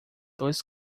dois